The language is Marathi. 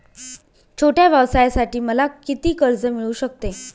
छोट्या व्यवसायासाठी मला किती कर्ज मिळू शकते?